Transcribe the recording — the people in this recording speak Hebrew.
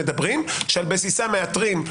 שעל בסיסה מאתרים.